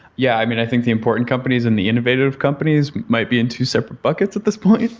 yeah, i mean i think the important companies and the innovative companies might be into separate buckets at this point.